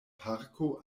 parko